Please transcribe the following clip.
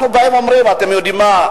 אנחנו באים ואומרים: אתם יודעים מה?